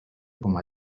coma